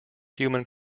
human